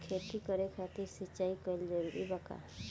खेती करे खातिर सिंचाई कइल जरूरी बा का?